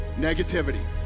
Negativity